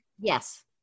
yes